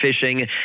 fishing